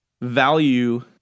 Value